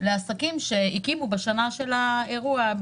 לעסקים שהקימו בשנה של האירוע.